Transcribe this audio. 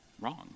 wrong